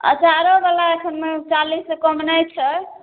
अँचारोवला एखन चालिससँ कममे नहि छै